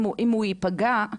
כי אם הם ייפגעו